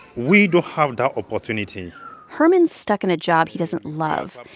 we don't have that opportunity herman's stuck in a job he doesn't love.